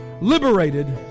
liberated